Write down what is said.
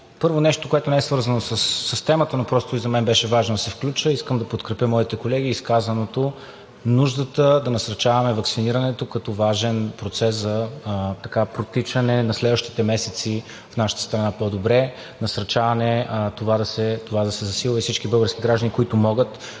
Първо, нещо, което не е свързано с темата, но просто и за мен беше важно да се включа, искам да подкрепя моите колеги и изказаното за нуждата да насърчаваме ваксинирането като важен процес за протичане на следващите месеци в нашата страна по-добре, насърчаване това да се засилва и всички български граждани, които могат,